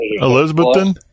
Elizabethan